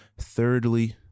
Thirdly